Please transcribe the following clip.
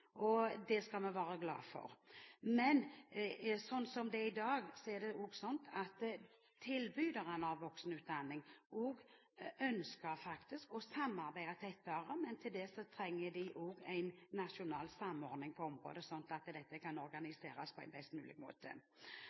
og det skal vi være glade for. Men i dag ønsker faktisk tilbyderne av voksenutdanning å samarbeide tettere. Til det trenger de en nasjonal samordning på området, slik at dette kan organiseres på best mulig måte.